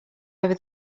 over